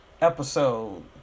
episode